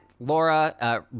Laura